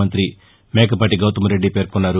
మంతి మేకపాటి గౌతమ్ రెడ్డి పేర్కొన్నారు